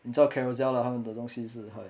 你知道 carousell lah 他们的东西是很